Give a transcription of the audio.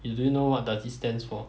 you do you know what does it stands for